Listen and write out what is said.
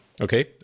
Okay